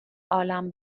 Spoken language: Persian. عالم